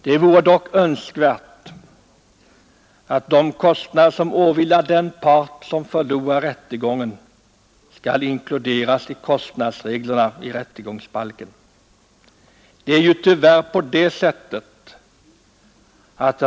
Det vore därför önskvärt att de kostnader som åvilar den part som förlorar rättegången inkluderas i kostnadsreglerna i rättegångsbalken.